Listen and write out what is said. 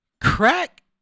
Crack